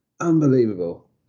Unbelievable